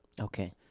Okay